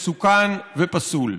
מסוכן ופסול.